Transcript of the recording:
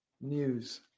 news